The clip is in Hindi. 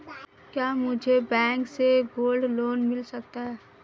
क्या मुझे बैंक से गोल्ड लोंन मिल सकता है?